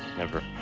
never.